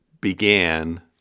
began